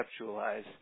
conceptualize